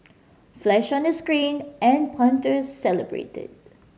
flash on the screen and the punter celebrated